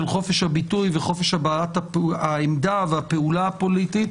חופש הביטוי וחופש הבעת העמדה והפעולה הפוליטית,